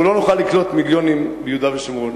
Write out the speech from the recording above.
אנחנו לא נוכל לקלוט מיליונים ביהודה ושומרון.